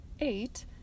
eight